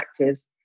actives